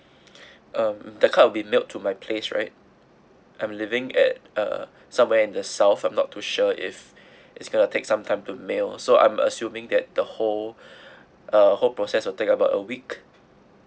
um the card will be mailed to my place right I'm living at uh somewhere in the south I'm not too sure if it's gonna take sometime to mail so I'm assuming that the whole the whole process will take about a week